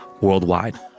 worldwide